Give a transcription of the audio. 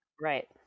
Right